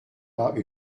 pas